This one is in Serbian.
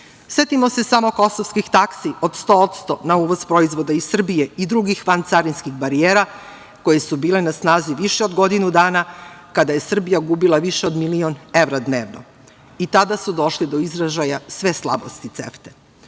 se samo kosovski taksi od 100% na uvoz proizvoda iz Srbije i drugih vancarinskih barijera, koje su bile na snazi više od godinu dana, kada je Srbija gubila više od milion evra dnevno. I tada su došle do izražaja sve slabosti